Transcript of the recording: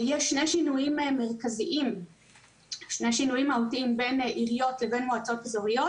יש שני שינויים מהותיים בין עיריות לבין מועצות אזוריות.